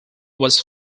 was